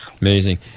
Amazing